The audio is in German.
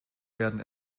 werden